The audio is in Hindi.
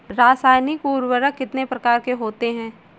रासायनिक उर्वरक कितने प्रकार के होते हैं?